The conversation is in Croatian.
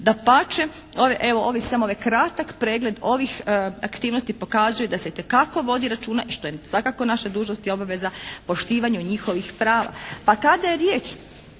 Dapače ovo je samo kratak pregled ovih aktivnosti pokazuje da se itekako vodi računa i što je svakako naša dužnost i obveza poštivanje njihovih prava. Pa kada je riječ